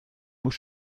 muss